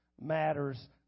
Matters